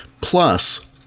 Plus